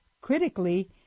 critically